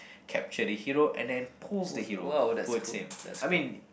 capture the hero and then pulls the hero towards him I mean